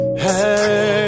Hey